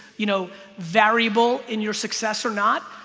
you know variable in your success or not.